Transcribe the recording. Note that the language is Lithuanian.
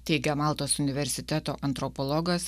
teigia maltos universiteto antropologas